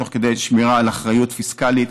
תוך כדי שמירה על אחריות פיסקלית,